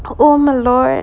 oh my lord